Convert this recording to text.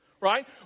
right